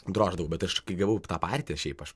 droždavau bet aš kai gavau tą partiją šiaip aš